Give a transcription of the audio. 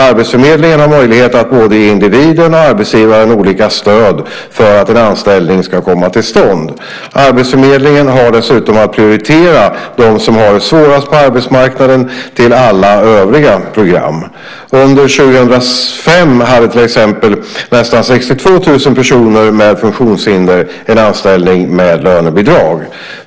Arbetsförmedlingen har möjligheten att både ge individen och arbetsgivaren olika stöd för att en anställning ska komma till stånd. Arbetsförmedlingen har dessutom att prioritera dem som har det svårast på arbetsmarknaden när det gäller alla övriga program. Under 2005 hade till exempel nästan 62 000 personer med funktionshinder anställning med lönebidrag.